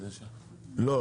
לא,